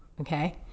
okay